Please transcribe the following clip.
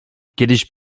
kiedyś